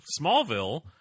Smallville